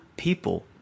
people